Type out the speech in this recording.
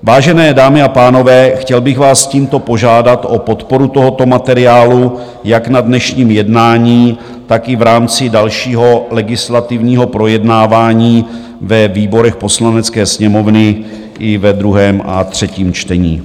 Vážené dámy a pánové, chtěl bych vás tímto požádat o podporu tohoto materiálu jak na dnešním jednání, tak i v rámci dalšího legislativního projednávání ve výborech Poslanecké sněmovny, i ve druhém a třetím čtení.